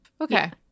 okay